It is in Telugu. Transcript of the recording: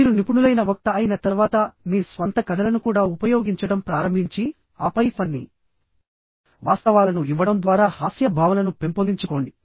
మీరు నిపుణులైన వక్త అయిన తర్వాత మీ స్వంత కథలను కూడా ఉపయోగించడం ప్రారంభించిఆపై ఫన్నీ వాస్తవాలను ఇవ్వడం ద్వారా హాస్య భావనను పెంపొందించుకోండి